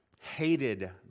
hated